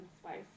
spice